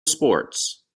sports